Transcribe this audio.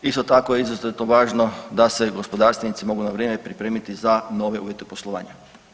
Isto je tako izuzetno važno da se gospodarstvenici mogu na vrijeme pripremiti za nove uvjete poslovanja.